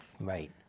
right